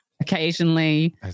occasionally